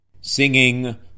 singing